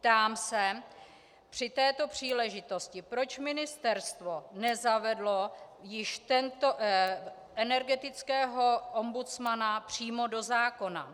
Ptám se při této příležitosti, proč ministerstvo nezavedlo již energetického ombudsmana přímo do zákona.